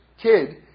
kid